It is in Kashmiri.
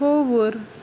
کھووُر